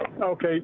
Okay